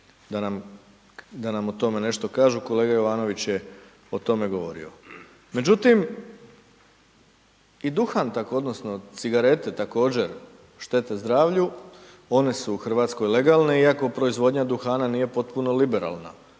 da nam o tome nešto kažu, kolega Jovanović je o tome govorio. Međutim, i duhan tako odnosno cigarete također štete zdravlju, one su u RH legalne iako proizvodnja duhana nije potpuno liberalna,